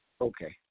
Okay